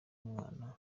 umwana